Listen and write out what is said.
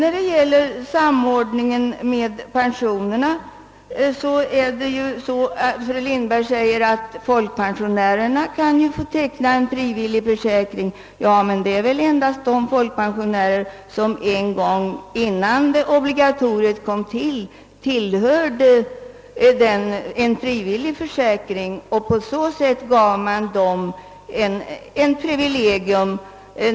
När det gäller samordningen med pensionerna är det riktigt som fru Lindberg säger att folkpensionärerna har möjlighet att teckna en frivillig försäkring. Det gäller emellertid endast de folkpensionärer som innan obligatoriet infördes tillhörde en frivillig försäkring och därför fick behålla detta privilegium.